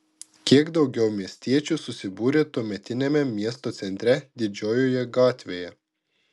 kiek daugiau miestiečių susibūrė tuometiniame miesto centre didžiojoje gatvėje